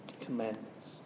commandments